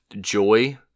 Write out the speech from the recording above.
joy